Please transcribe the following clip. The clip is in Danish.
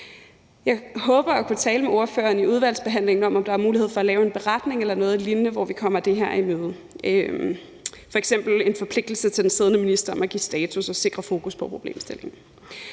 Jeg håber at kunne tale med ordføreren i udvalgsbehandlingen om, om der er mulighed for at lave en beretning eller noget lignende, hvor vi kommer det her i møde, f.eks. med en forpligtelse til den siddende minister om at give status og sikre fokus på problemstillingen. Vi